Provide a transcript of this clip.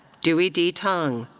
duy d. tang.